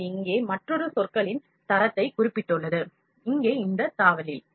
இது இங்கே மற்றொரு சொற்களின் தரத்தைக் குறிப்பிட்டுள்ளது இங்கே இந்த தாவலில்